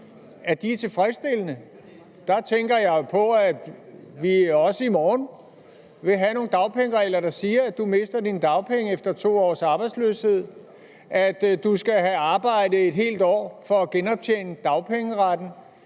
er tilfredsstillende? Der tænker jeg jo på, at vi også i morgen vil have nogle dagpengeregler, der siger, at man mister sine dagpenge efter 2 års arbejdsløshed, at man skal have arbejde et helt år for at genoptjene dagpengeretten,